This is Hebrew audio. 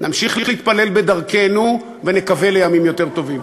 נמשיך להתפלל בדרכנו ונקווה לימים יותר טובים.